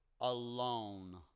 alone